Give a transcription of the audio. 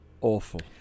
Awful